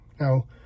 now